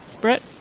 Brett